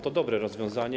To dobre rozwiązanie.